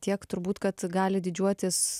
tiek turbūt kad gali didžiuotis